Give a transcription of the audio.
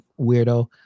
weirdo